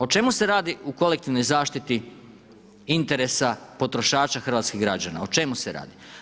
O čemu se radi u kolektivnoj zaštiti interesa potrošača hrvatskih građana, o čemu se radi?